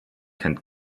kennt